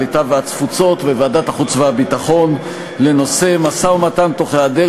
הקליטה והתפוצות וועדת החוץ והביטחון לנושא משא-ומתן בהיעדר